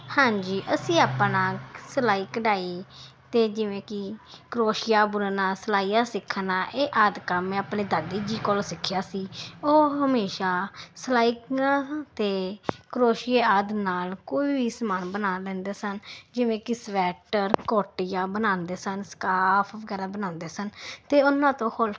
ਹਾਂਜੀ ਅਸੀਂ ਆਪਣਾ ਸਿਲਾਈ ਕਢਾਈ ਅਤੇ ਜਿਵੇਂ ਕਿ ਕਰੋਸ਼ੀਆ ਬੁਣਨਾ ਸਲਾਈਆਂ ਸਿੱਖਣਾ ਇਹ ਆਦਿ ਕੰਮ ਮੈਂ ਆਪਣੇ ਦਾਦੀ ਜੀ ਕੋਲੋਂ ਸਿੱਖਿਆ ਸੀ ਉਹ ਹਮੇਸ਼ਾ ਸਿਲਾਈ ਅਤੇ ਕਰੋਸ਼ੀਆ ਆਦਿ ਨਾਲ ਕੋਈ ਵੀ ਸਮਾਨ ਬਣਾ ਲੈਂਦੇ ਸਨ ਜਿਵੇਂ ਕਿ ਸਵੈਟਰ ਕੋਟੀਆਂ ਬਣਾਉਂਦੇ ਸਨ ਸਕਾਫ ਵਗੈਰਾ ਬਣਾਉਂਦੇ ਸਨ ਅਤੇ ਉਹਨਾਂ ਤੋਂ ਹੌਲੀ